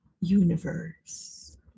universe